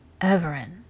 Everin